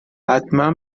حتما